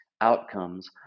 outcomes